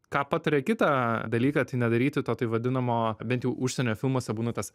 ką pataria kitą dalyką tai nedaryti to taip vadinamo bent jau užsienio filmuose būna tas